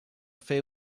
fer